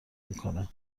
میکنه